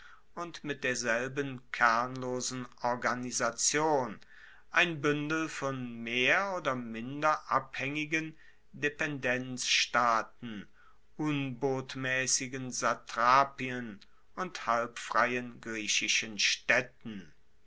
und mit derselben kernlosen organisation ein buendel von mehr oder minder abhaengigen dependenzstaaten unbotmaessigen satrapien und halbfreien griechischen staedten